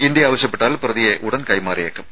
India ആവശ്യപ്പെട്ടാൽ പ്രതിയെ ഉടൻ കൈമാറിയേക്കും